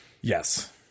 Yes